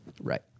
right